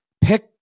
pick